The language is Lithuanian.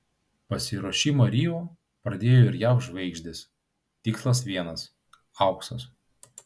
pasiruošimą rio pradėjo ir jav žvaigždės tikslas vienas auksas